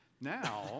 Now